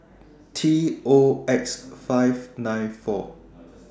T O X five nine four